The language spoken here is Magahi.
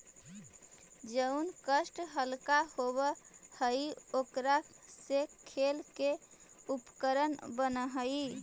जउन काष्ठ हल्का होव हई, ओकरा से खेल के उपकरण बनऽ हई